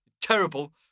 terrible